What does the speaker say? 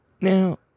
Now